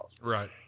Right